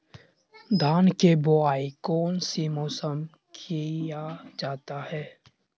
धान के बोआई कौन सी मौसम में किया जाता है?